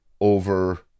over